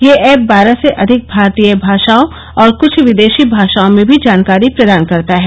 यह ऐप बारह से अधिक भारतीय भाषाओं और कुछ विदेशी भाषाओं में भी जानकारी प्रदान करता है